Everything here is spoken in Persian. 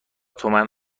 تومن